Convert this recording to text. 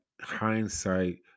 hindsight